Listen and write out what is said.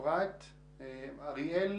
אריאל